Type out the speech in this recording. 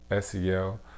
SEL